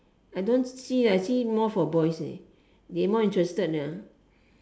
I don't see I see more for boys eh they more interested ya